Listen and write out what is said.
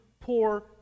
poor